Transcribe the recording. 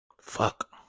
Fuck